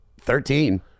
Thirteen